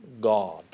God